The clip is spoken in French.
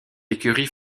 écurie